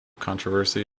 controversy